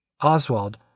Oswald